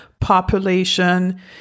population